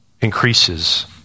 increases